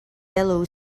yellow